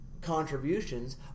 contributions